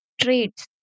traits